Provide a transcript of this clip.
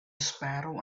sparrow